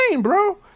bro